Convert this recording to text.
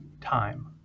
time